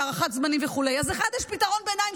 הארכת זמנים וכו'; אז 1. יש פתרון ביניים,